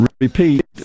Repeat